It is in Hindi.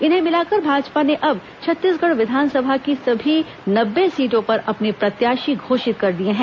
इन्हें मिलाकर भाजपा ने अब छत्तीसगढ़ विधानसभा की सभी नब्बे सीटों पर अपने प्रत्याशी घोषित कर दिए हैं